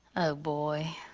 boy.